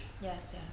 Yes